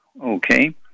Okay